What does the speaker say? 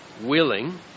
willing